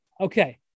Okay